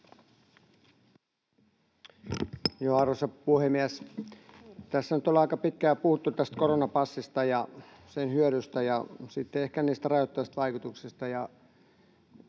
Arvoisa puhemies! Tässä nyt ollaan aika pitkään jo puhuttu tästä koronapassista ja sen hyödyistä ja sitten ehkä niistä rajoittavista vaikutuksista.